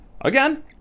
Again